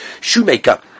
shoemaker